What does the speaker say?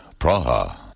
Praha